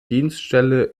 dienststelle